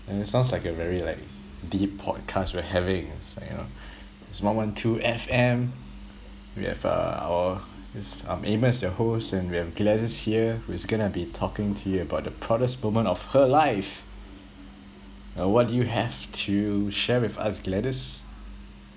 and it sounds like a very like deep podcast we're having it's like you know it's one one two F_M we have uh our this I'm amos your host and we have gladys here who is going to be talking to you about the proudest moment of her life uh what do you have to share with us gladys